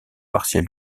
partiel